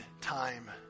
time